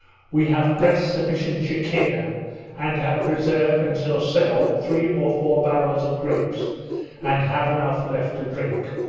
we have pressed sufficient chikhir and have preserved and shall sell three or four barrels of grapes and have enough left to drink.